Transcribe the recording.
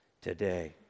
today